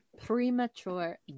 premature